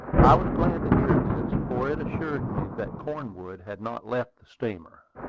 i was glad to hear this, for it assured me that cornwood had not left the steamer.